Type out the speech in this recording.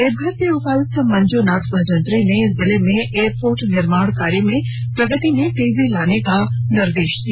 देवघर के उपायुक्त मंजूनाथ भजंत्री ने जिले में एयरपोर्ट निर्माण कार्य के प्रगति में तेजी लाने का निर्देष दिया